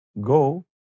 Go